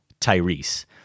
Tyrese